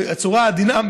בצורה עדינה,